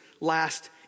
last